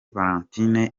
valentine